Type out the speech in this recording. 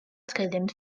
tkellimt